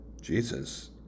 Jesus